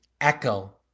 echo